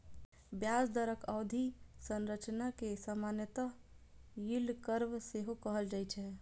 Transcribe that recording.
ब्याज दरक अवधि संरचना कें सामान्यतः यील्ड कर्व सेहो कहल जाए छै